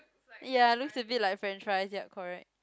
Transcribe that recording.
ya looks a bit like french fries yep correct